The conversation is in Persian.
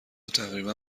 تقریبا